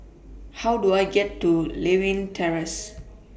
How Do I get to Lewin Terrace